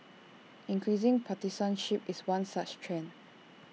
increasing partisanship is one such trend